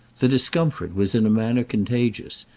the discomfort was in a manner contagious,